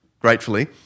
gratefully